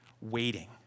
waiting